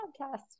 podcast